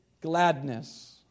gladness